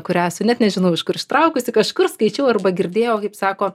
kurią esu net nežinau iš kur ištraukusi kažkur skaičiau arba girdėjau kaip sako